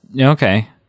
okay